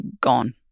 gone